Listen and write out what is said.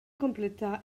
completar